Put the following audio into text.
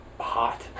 hot